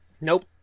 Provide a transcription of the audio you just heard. Nope